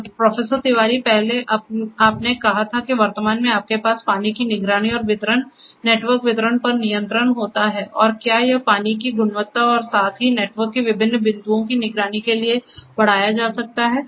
तो प्रोफेसर तिवारी पहले आपने कहा था कि वर्तमान में आपके पास पानी की निगरानी और वितरण नेटवर्क वितरण पर नियंत्रण होता है और क्या यह पानी की गुणवत्ता और साथ ही नेटवर्क के विभिन्न बिंदुओं की निगरानी के लिए बढ़ाया जा सकता है